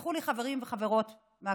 תסלחו לי, חברים וחברות מהקואליציה,